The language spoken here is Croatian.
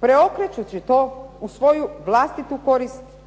preokrećući to u svoju vlastitu korist